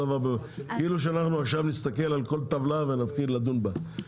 כאילו שאנחנו באמת נסתכל עכשיו על כל טבלה ונתחיל לדון בה.